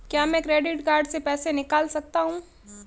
क्या मैं credit card से पैसे निकाल सकता हूँ?